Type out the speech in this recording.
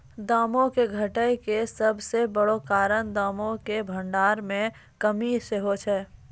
दामो के घटै के सभ से बड़ो कारण दामो के भंडार मे कमी सेहे छै